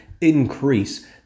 increase